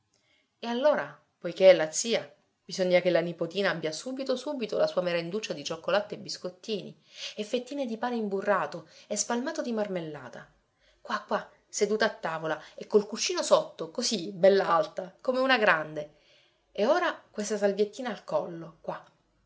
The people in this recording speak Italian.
e allora poiché è la zia bisogna che la nipotina abbia subito subito la sua merenduccia di cioccolatte e biscottini e fettine di pane imburrato e spalmato di marmellata qua qua seduta a tavola e col cuscino sotto così bella alta come una grande e ora questa salviettina al collo qua